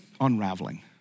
unraveling